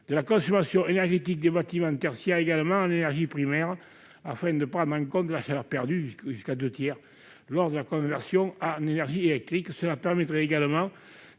de la consommation énergétique des bâtiments tertiaires également en énergie primaire, afin de prendre en compte la chaleur perdue, laquelle peut atteindre deux tiers lors de la conversion en énergie électrique. Cela permettrait également